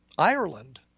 ireland